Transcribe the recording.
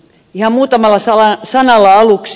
ihan muutamalla sanalla aluksi